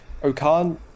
Okan